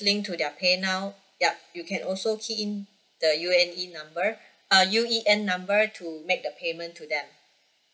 link to their pay now yup you can also key in the U_E_N number err U_E_N number to make the payment to them